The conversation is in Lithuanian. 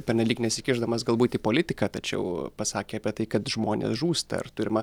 pernelyg nesikišdamas galbūt į politiką tačiau pasakė apie tai kad žmonės žūsta ir turima